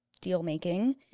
deal-making